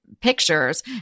pictures